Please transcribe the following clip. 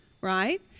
right